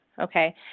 okay